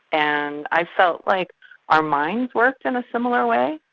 and i felt like our minds worked in a similar way.